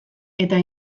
eta